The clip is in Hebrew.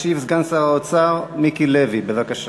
ישיב סגן שר האוצר מיקי לוי, בבקשה.